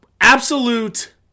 absolute